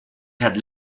had